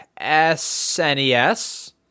SNES